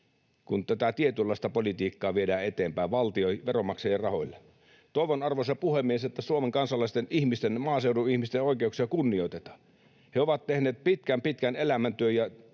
kun tätä tietynlaista politiikkaa viedään eteenpäin veronmaksajien rahoilla. Toivon, arvoisa puhemies, että Suomen kansalaisten, maaseudun ihmisten, oikeuksia kunnioitetaan. He ovat tehneet pitkän, pitkän elämäntyön ja